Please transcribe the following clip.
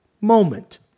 moment